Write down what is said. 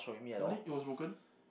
really it was broken